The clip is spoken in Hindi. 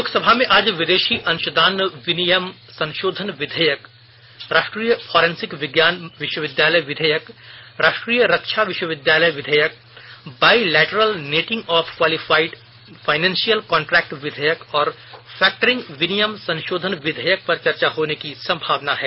लोकसभा में आज विदेशी अंशदान विनियम संशोधन विधेयक राष्ट्रीय फोरेंसिक विज्ञान विश्वविद्यालय विधेयक राष्ट्रीय रक्षा विश्वविद्यालय विधेयक bilateral netting of qualified financial contract विधेयक और फैक्टरिंग विनियम संशोधन विधेयक पर चर्चा होने की संभावना है